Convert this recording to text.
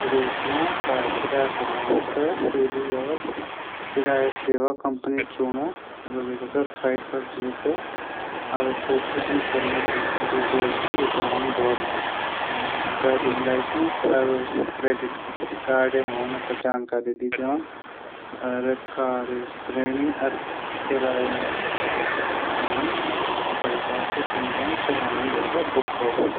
विदेश मा कार किराया पर लीणू तै पलै किराया सेवा कम्पनी चूनण और साइड पर जैकी आवश्यक जानकारी वेथे हमन भोरी दीण ड्राइविंग लैसेंस क्रेडिट कार्ड जानकारी नी दिणू कार श्रेणी अपडी हिसाब से चुन लीण बुक कौरी दीण